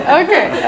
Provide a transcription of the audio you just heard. okay